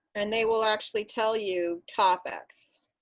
and they will actually tell you topics.